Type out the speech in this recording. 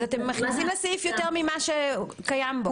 אתם מכניסים לסעיף יותר ממה שקיים בו.